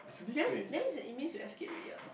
that means that means it means you escaped already what